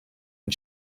and